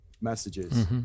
messages